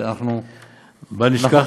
בל נשכח,